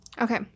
Okay